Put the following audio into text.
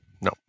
No